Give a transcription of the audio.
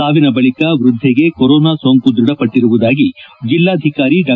ಸಾವಿನ ಬಳಿಕ ವ್ಯಥ್ಲೆಗೆ ಕೊರೋನಾ ಸೋಂಕು ದ್ವಢಪಟ್ಟರುವುದಾಗಿ ಜೆಲ್ಲಾಧಿಕಾರಿ ಡಾ